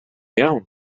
iawn